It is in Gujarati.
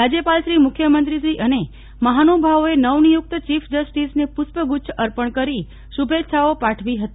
રાજ્યપાલશ્રી મુખ્યમંત્રીશ્રી અને મહાનુભાવોએ નવનિયુક્ત ચીફ જસ્ટિસ ને પ્રષ્પ ગુચ્છ અર્પણ કરી શૂભેચ્છાઓ પાઠવી હતી